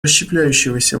расщепляющегося